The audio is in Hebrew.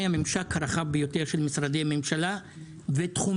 הממשק הרחב ביותר של משרדי ממשלה ותחומים.